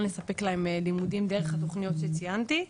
לספק להם לימודים דרך התוכניות שציינתי,